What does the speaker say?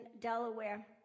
Delaware